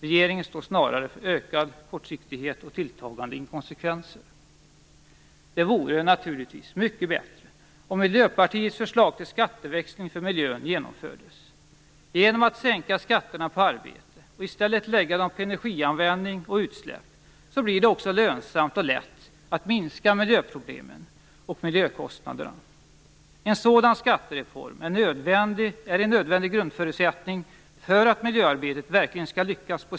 Regeringen står snarare för en ökad kortsiktighet och tilltagande inkonsekvenser. Det vore naturligtvis mycket bättre om Miljöpartiets förslag om skatteväxling, till förmån för miljön, genomfördes. Genom att sänka skatterna på arbete och i stället lägga skatterna på energianvändning och utsläpp blir det både lönsamt och lätt att minska miljöproblemen och miljökostnaderna. En sådan skattereform är en nödvändig grundförutsättning för att miljöarbetet på sikt verkligen skall lyckas.